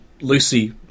Lucy